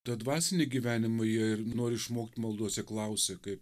tuo dvasiniu gyvenimu jie ir nori išmokt maldose klausia kaip